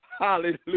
Hallelujah